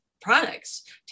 products